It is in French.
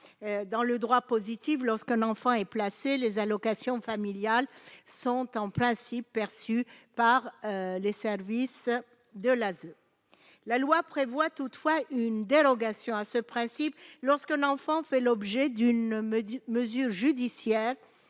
dans le droit positif lorsqu'un enfant et placer les allocations familiales sont en principe perçues par les services de l'ASE, la loi prévoit toutefois une dérogation à ce principe, lorsque l'enfant fait l'objet d'une me dit mesures judiciaire